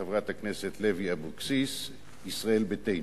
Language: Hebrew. חברת הכנסת לוי אבקסיס היא מישראל ביתנו.